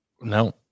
No